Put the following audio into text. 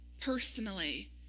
personally